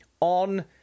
on